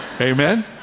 amen